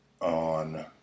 on